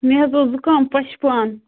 مےٚ حظ اوس زُکام پَشپان